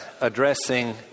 addressing